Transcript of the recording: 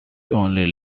only